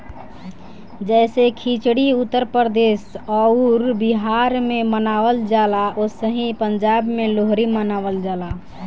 जैसे खिचड़ी उत्तर प्रदेश अउर बिहार मे मनावल जाला ओसही पंजाब मे लोहरी मनावल जाला